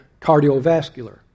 cardiovascular